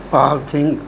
ਭਾਗ ਸਿੰਘ